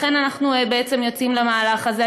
לכן אנחנו יוצאים למהלך הזה.